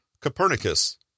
Copernicus